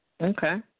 Okay